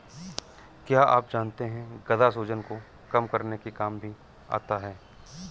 क्या आप जानते है गदा सूजन को कम करने के काम भी आता है?